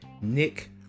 nick